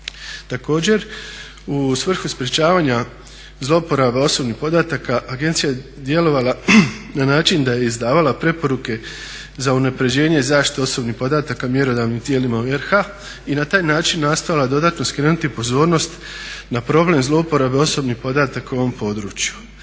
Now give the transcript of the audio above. Također u svrhu sprječavanja zlouporabe osobnih podataka agencija je djelovala na način da je izdavala preporuke za unapređenje zaštite osobnih podataka mjerodavnim tijelima u RH i na taj način nastavila dodatno skrenuti pozornost na problem zlouporabe osobnih podataka u ovom području.